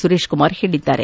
ಸುರೇಶ್ಕುಮಾರ್ ಹೇಳಿದ್ದಾರೆ